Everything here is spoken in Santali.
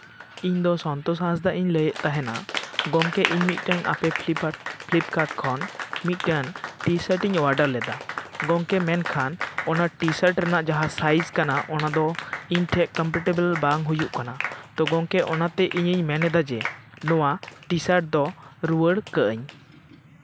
ᱤᱧ ᱫᱚ ᱥᱳᱱᱛᱳᱥ ᱦᱟᱸᱥᱫᱟᱧ ᱞᱟᱹᱭᱮᱫ ᱛᱟᱦᱮᱱᱟ ᱜᱚᱢᱠᱮ ᱤᱧ ᱢᱤᱫᱴᱟᱱ ᱟᱯᱮ ᱯᱷᱤᱠᱟᱨᱴ ᱯᱷᱤᱞᱤᱯᱠᱟᱨᱴ ᱠᱷᱚᱱ ᱢᱤᱫᱴᱟᱱ ᱴᱤ ᱥᱟᱨᱴᱤᱧ ᱚᱰᱟᱨ ᱞᱮᱫᱟ ᱜᱚᱢᱠᱮ ᱢᱮᱱᱠᱷᱟᱱ ᱚᱱᱟ ᱴᱤ ᱥᱟᱨᱴ ᱨᱮᱱᱟᱜ ᱡᱟᱦᱟᱸ ᱥᱟᱭᱤᱡᱽ ᱠᱟᱱᱟ ᱚᱱᱟ ᱫᱚ ᱤᱧ ᱴᱷᱮᱱ ᱠᱚᱢᱯᱷᱳᱴᱮᱵᱮᱞ ᱵᱟᱝ ᱦᱩᱭᱩᱜ ᱠᱟᱱᱟ ᱛᱳ ᱜᱚᱝᱠᱮ ᱚᱱᱟᱛᱮ ᱤᱧᱤᱧ ᱢᱮᱱ ᱮᱫᱟ ᱡᱮ ᱱᱚᱣᱟ ᱴᱤ ᱥᱟᱨᱴ ᱫᱚ ᱨᱩᱣᱟᱹᱲ ᱠᱟᱜ ᱟᱹᱧ